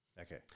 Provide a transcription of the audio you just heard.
Okay